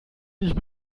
nicht